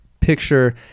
picture